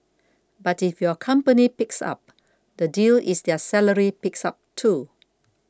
but if your company picks up the deal is their salary picks up too